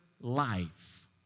life